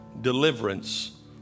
deliverance